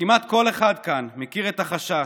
כמעט כל אחד כאן מכיר את החשש,